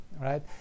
right